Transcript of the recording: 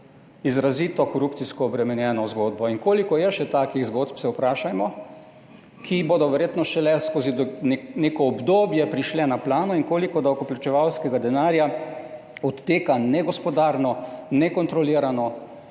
izrazito korupcijsko obremenjeno zgodbo. In koliko je še takih zgodb, se vprašajmo, ki bodo verjetno šele skozi neko obdobje prišle na plano, in koliko davkoplačevalskega denarja odteka negospodarno, nekontrolirano